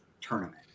tournament